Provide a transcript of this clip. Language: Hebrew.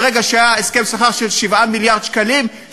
ברגע שהיה הסכם שכר של 7 מיליארד שקלים,